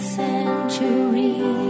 century